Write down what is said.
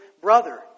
brother